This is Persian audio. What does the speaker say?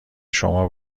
شما